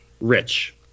Rich